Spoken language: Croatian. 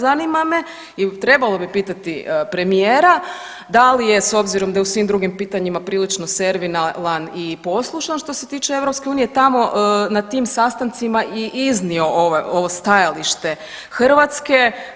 Zanima me i trebalo bi pitati premijera da li je s obzirom da je u svim drugim pitanjima prilično servilan i poslušan što se tiče EU tamo, na tim sastancima i iznio ovo stajalište Hrvatske.